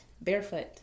barefoot